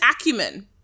acumen